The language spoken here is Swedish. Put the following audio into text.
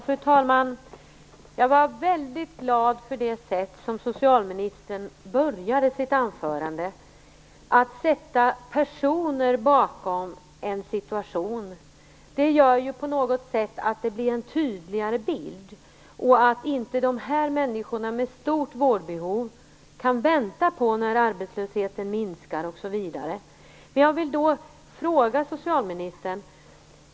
Fru talman! Jag var väldigt glad för det sätt på vilket socialministern började sitt anförande. Att visa de personer som finns bakom gör att det blir en tydligare bild. Dessa människor med stort vårdbehov kan inte vänta på att arbetslösheten minskar, osv. Jag vill ställa en fråga till socialministern.